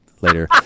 later